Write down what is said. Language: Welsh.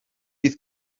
bydd